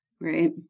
Right